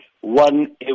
one